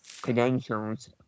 credentials